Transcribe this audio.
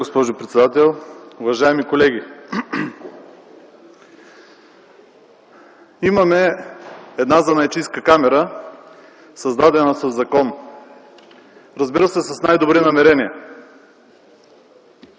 госпожо председател. Уважаеми колеги, имаме една занаятчийска камара, създадена със закон, разбира се, с най-добри намерения.